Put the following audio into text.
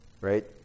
Right